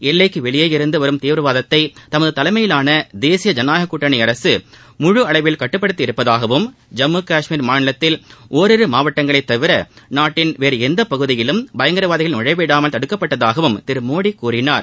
எல்லைக்கு வெளியேயிருந்து வரும் தீவிரவாதத்தை தமது தலைமையிலான தேசிய ஜனநாயகக் கூட்டணி அரசு முழு அளவில் கட்டுப்படுத்தியுள்ளதாகவும் ஜம்மு கஷ்மீர் மாநிலத்தில் ஒரிரு மாவட்டங்களைத் தவிர நாட்டின் வேறு எந்த பகுதிகளிலும் பயங்கரவாதிகளை நுழையவிடாமல் தடுக்கப்பட்டதாகவும் திரு மோடி கூறினார்